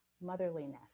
motherliness